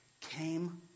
came